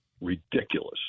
ridiculous